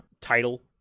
title